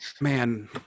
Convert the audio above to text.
man